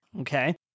Okay